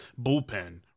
bullpen